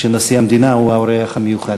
כשנשיא המדינה הוא האורח המיוחד.